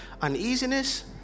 uneasiness